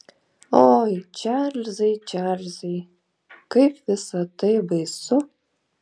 oi čarlzai čarlzai kaip visa tai baisu